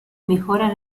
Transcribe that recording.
mejora